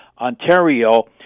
Ontario